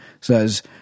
says